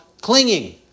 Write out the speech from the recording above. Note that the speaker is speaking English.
clinging